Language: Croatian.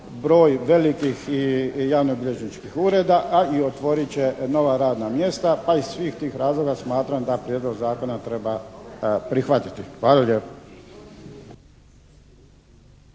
broj velikih javnobilježničkih ureda a i otvorit će nova radna mjesta pa iz svih tih razloga smatram da prijedlog zakona treba prihvatiti. Hvala lijepo.